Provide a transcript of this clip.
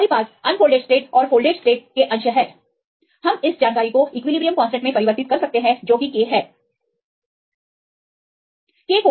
तो हमारे पास अनफोल्डेड स्टेट और फोल्डेड स्टेट अंश हैं हम इस जानकारी को इक्विलिब्रियम कांस्टेंट में परिवर्तित कर सकते हैं जो कि k है